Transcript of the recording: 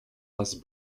races